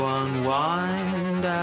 unwind